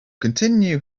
continue